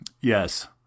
Yes